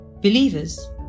Believers